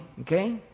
Okay